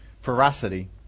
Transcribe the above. ferocity